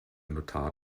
notar